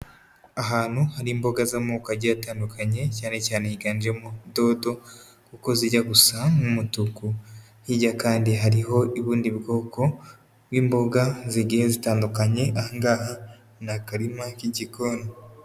Ahantu hari imboga z'amoko agiye atandukanye, cyane cyane higanjemo dodo kuko zijya gusa nk'umutuku, hirya kandi hariho ubundi bwoko bw'imboga zigiye zitandukanye, aha ngaha ni akarima k'igikoni.